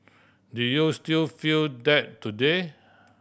did you still feel that today